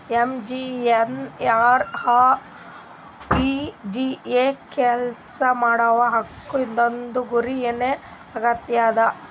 MGNREGA ಕೆಲ್ಸಾ ಮಾಡುವ ಹಕ್ಕು ಇದೂರ್ದು ಗುರಿ ನೇ ಆಗ್ಯದ